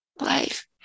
Life